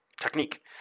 technique